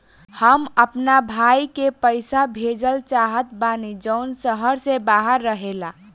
हम अपना भाई के पइसा भेजल चाहत बानी जउन शहर से बाहर रहेला